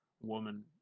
woman